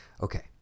Okay